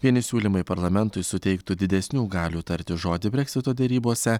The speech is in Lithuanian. vieni siūlymai parlamentui suteiktų didesnių galių tarti žodį breksito derybose